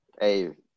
Hey